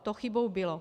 To chybou bylo.